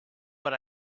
but